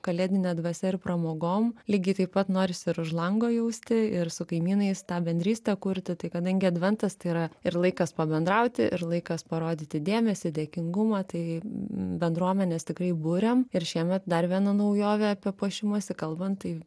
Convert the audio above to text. kalėdine dvasia ir pramogom lygiai taip pat norisi ir už lango jausti ir su kaimynais tą bendrystę kurti tai kadangi adventas tai yra ir laikas pabendrauti ir laikas parodyti dėmesį dėkingumą tai bendruomenes tikrai buriam ir šiemet dar viena naujovė apie puošimąsi kalbant tai